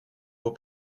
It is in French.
vos